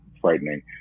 frightening